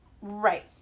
Right